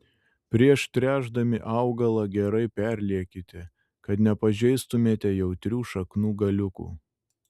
prieš tręšdami augalą gerai perliekite kad nepažeistumėte jautrių šaknų galiukų